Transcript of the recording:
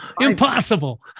Impossible